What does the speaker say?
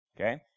Okay